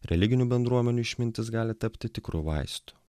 religinių bendruomenių išmintis gali tapti tikru vaistu